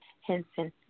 Henson